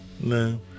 No